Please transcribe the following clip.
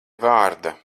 vārda